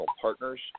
partners